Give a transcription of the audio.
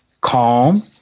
calm